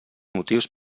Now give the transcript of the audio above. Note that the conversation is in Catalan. motius